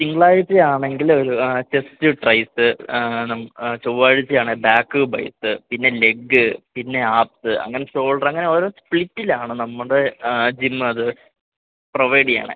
തിങ്കളാഴ്ചയാണെങ്കിലൊരു ആ chest tris ചൊവ്വാഴ്ചയാണെങ്കില് back bis പിന്നെ ലെഗ് പിന്നെ ആബ്സ് അങ്ങനെ ഷോൾഡര് അങ്ങനെയോരോ സ്പ്ലിറ്റിലാണ് നമ്മുടെ ജിമ്മത് പ്രൊവൈഡ് ചെയ്യുന്നത്